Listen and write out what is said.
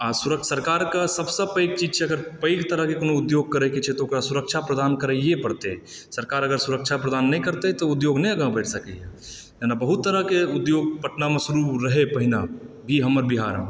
आ सरकार के सबसे पैघ चीज छै अगर पैघ तरहक कोनो उद्योग करय के छै तऽ ओकरा सुरक्षा प्रदान करय परतै सरकार अगर सुरक्षा प्रदान नहि करतय तऽ ओ उद्योग नहि आगाँ बढ़ि सकैया एना बहुत तरह के उद्योग पटनामे शुरू रहै पहिने ई हमर बिहारमे